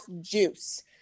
juice